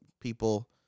people